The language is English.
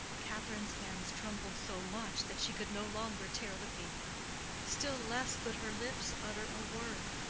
catherine's hands trembled so much that she could no longer tear the paper still less could her lips utter a word.